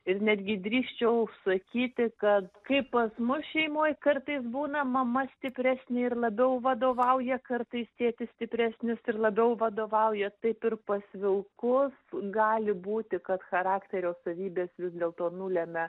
ir netgi drįsčiau sakyti kad kaip pas mus šeimoj kartais būna mama stipresnė ir labiau vadovauja kartais tėtis stipresnis ir labiau vadovauja taip ir pas vilkus gali būti kad charakterio savybės vis dėlto nulemia